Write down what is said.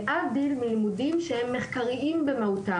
להבדיל מלימודים שהם מחקריים במהותם.